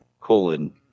colon